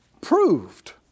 proved